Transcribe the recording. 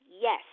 yes